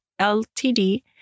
LTD